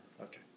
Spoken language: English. Okay